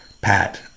Pat